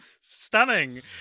Stunning